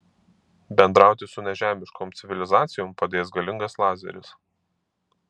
bendrauti su nežemiškom civilizacijom padės galingas lazeris